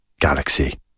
Galaxy